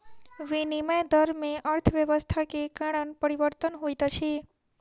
विनिमय दर में अर्थव्यवस्था के कारण परिवर्तन होइत अछि